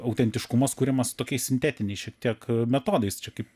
autentiškumas kuriamas tokiais sintetiniais šiek tiek metodais kaip